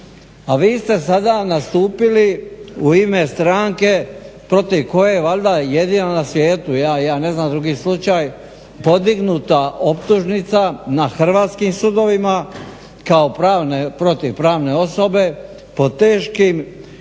a vi ste sada nastupili u ime stranke protiv koje valjda jedino na svijetu, ja ne znam drugi slučaj podignuta optužnica na hrvatskim sudovima kao pravne, protiv pravne osobe po teškim optužbama